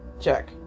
Check